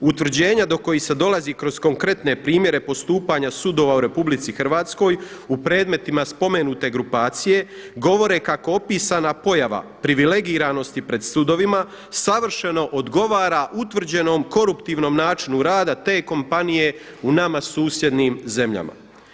Utvrđenja do kojih se dolazi kroz konkretne primjere postupanja sudova u RH u predmetima spomenute grupacije govore kako opisana pojava privilegiranosti pred sudovima savršeno odgovara utvrđenom koruptivnom načinu rada te kompanije u nama susjednim zemljama.